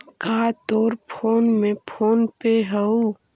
का तोर फोन में फोन पे हउ?